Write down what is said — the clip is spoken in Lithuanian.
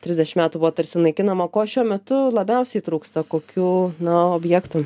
trisdešim metų buvo tarsi naikinama ko šiuo metu labiausiai trūksta kokių na objektų